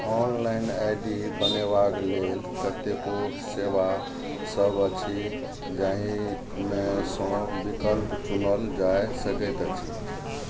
online I D बनेबाके लेल कतेको सेवा सभ अछि जाहिमे सँ विकल्प चुनल जा सकैत अछि